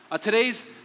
Today's